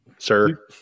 Sir